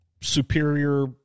superior